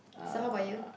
so how about you